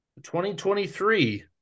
2023